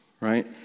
right